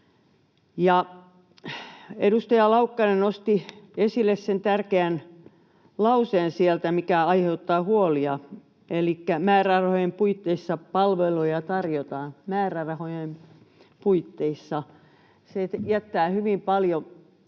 Edustaja Laukkanen nosti esille sen tärkeän lauseen sieltä, mikä aiheuttaa huolia, elikkä ”määrärahojen puitteissa palveluja tarjotaan” — määrärahojen puitteissa.